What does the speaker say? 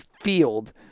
field